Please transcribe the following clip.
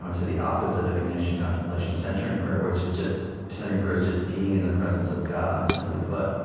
would say, the opposite of ignatian contemplation, centering prayer, which is just centering prayer is just being in the presence of god, simply put.